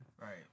Right